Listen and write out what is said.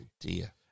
dear